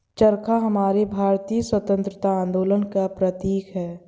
चरखा हमारे भारतीय स्वतंत्रता आंदोलन का प्रतीक है